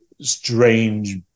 strange